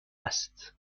است